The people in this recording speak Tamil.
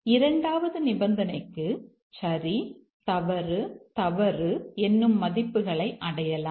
இரண்டாவது நிபந்தனைக்கு சரி தவறு தவறு என்னும் மதிப்புகளை அடையலாம்